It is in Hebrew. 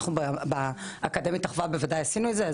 אנחנו באקדמית אחווה עשינו את זה.